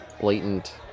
blatant